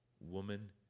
woman